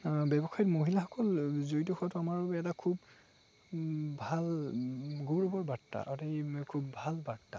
ব্যৱসায়ত মহিলাসকল জড়িত হোৱাটো আমাৰ বাবে এটা খুব ভাল গৌৰৱৰ বাৰ্তা এইটো খুব ভাল বাৰ্তা